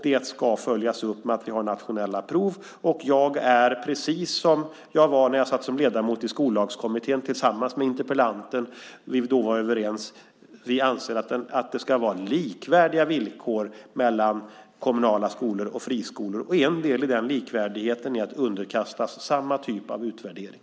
Det ska följas upp med att vi har nationella prov. Jag tycker precis som när jag satt som ledamot i Skollagskommittén tillsammans med interpellanten. Vi var då överens. Vi anser att det ska vara likvärdiga villkor mellan kommunala skolor och friskolor. En del i den likvärdigheten är att underkastas samma typ av utvärdering.